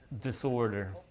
disorder